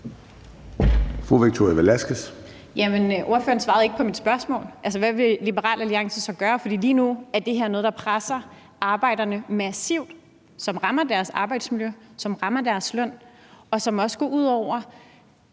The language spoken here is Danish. Victoria Velasquez (EL): Ordføreren svarer jo ikke på mit spørgsmål. Hvad vil Liberal Alliance så gøre? For lige nu er det her noget, der presser arbejderne massivt, og som rammer deres arbejdsmiljø. Det rammer også deres løn, og det går også ud over